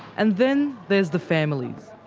and then there's the families,